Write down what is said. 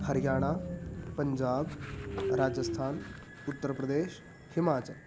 हर्याणा पञ्जाब् राजस्थान् उत्तरप्रदेशः हिमाचलम्